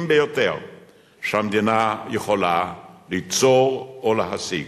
ביותר שהמדינה יכולה ליצור או להשיג.